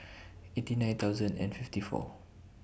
eighty nine thousand and fifty four